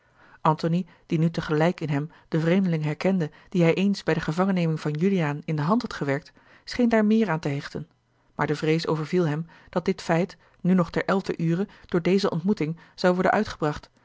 antony die nu tegelijk in hem den vreemdeling herkende dien hij eens bij de gevangenneming van juliaan in de hand had gewerkt scheen daar meer aan te hechten maar de vrees overviel hem dat dit feit nu nog ter elfder ure door deze ontmoeting zou worden uitgebracht